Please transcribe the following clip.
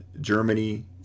Germany